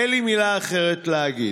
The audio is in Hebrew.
אין לי מילה אחרת להגיד.